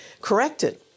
corrected